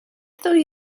ddwy